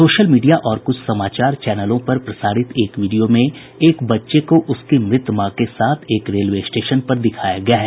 social media और कुछ समाचार चैनलों पर प्रसारित एक वीडियो में एक बच्चे को उसकी मृत मां के साथ एक रेलवे स्टेशन पर दिखाया गया है